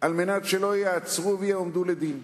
כדי שלא ייעצרו ויועמדו לדין.